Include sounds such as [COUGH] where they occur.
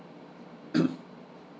[COUGHS]